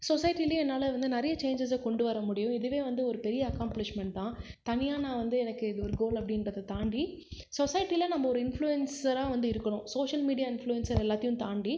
சொசைட்டிலியும் என்னால் வந்து நிறைய சேஞ்சஸை கொண்டு வர முடியும் இதுவே வந்து ஒரு பெரிய அக்கம்ப்ளிஷ்மெண்ட் தான் தனியாக நான் வந்து எனக்கு இது ஒரு கோல் அப்படின்றத தாண்டி சொசைட்டியில நம்ப ஒரு இன்ஃப்ளுயன்ஸராக வந்து இருக்கணும் சோஷியல் மீடியா இன்ஃப்ளுயன்ஸர் எல்லாத்தையும் தாண்டி